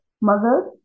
mother